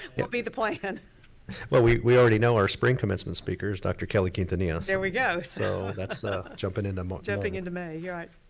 will be the plan well we we already know our spring commencement speakers, dr. kelly quintanilla. there we go. so that's jumping into may. jumping into may, yeah.